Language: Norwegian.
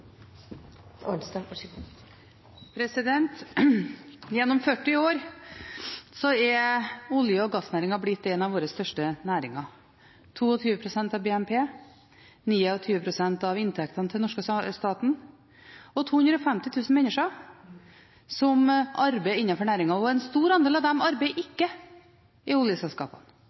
av våre største næringer – 22 pst. av BNP, 29 pst. av inntektene til den norske staten og 250 000 mennesker som arbeider innenfor næringen. En stor andel av dem arbeider overhodet ikke i oljeselskapene.